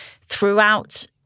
throughout